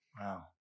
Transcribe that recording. Wow